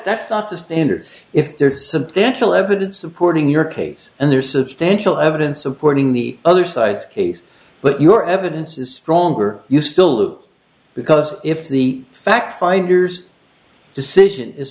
that's not the standard if there's substantial evidence supporting your case and there's substantial evidence supporting the other side's case but your evidence is stronger you still look because if the fact finders decision is